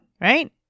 right